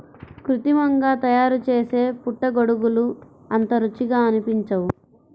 కృత్రిమంగా తయారుచేసే పుట్టగొడుగులు అంత రుచిగా అనిపించవు